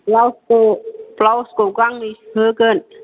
ब्लाउसखौ ब्लाउसखौ गांनै सुहोगोन